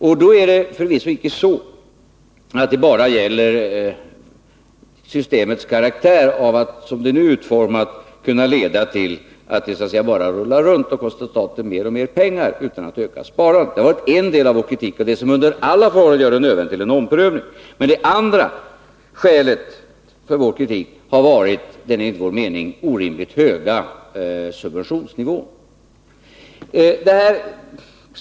Men det är förvisso icke så att vår kritik bara har gällt systemets karaktär av att, som det nu är utformat, kunna leda till att det bara fortgår och kostar staten mer och mer pengar utan att öka sparandet. Detta har varit en del av vår kritik och det som under alla förhållanden gör det nödvändigt med en omprövning. Den andra delen av vår kritik har varit den enligt vår mening orimligt höga subventionsnivån.